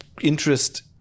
interest